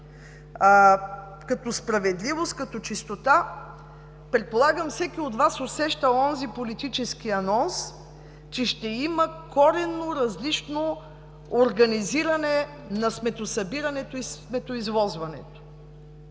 като справедливост, като чистота, предполагам, всеки от Вас усеща онзи политически анонс, че ще има коренно различно организиране на сметосъбирането и сметоизвозването.